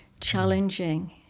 challenging